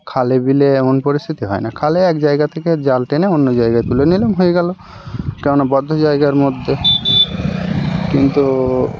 খালে বিলে এমন পরিস্থিতি হয় না খালে এক জায়গা থেকে জাল টেনে অন্য জায়গায় তুলে নিলাম হয়ে গেল কেন না বদ্ধ জায়গার মধ্যে কিন্তু